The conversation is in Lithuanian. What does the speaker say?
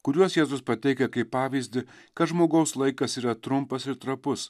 kuriuos jėzus pateikia kaip pavyzdį kad žmogaus laikas yra trumpas ir trapus